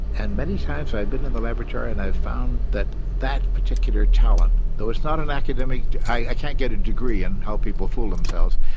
and many times i have been in the laboratory and i've found that that particular talent, although it's not an academic i can't get a degree in how people fool themselves,